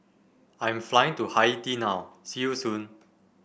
I am flying to Haiti now see you soon